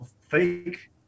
fake